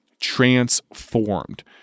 transformed